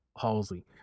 Halsey